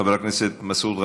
חבר הכנסת מסעוד גנאים,